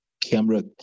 camera